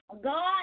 God